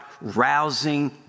rousing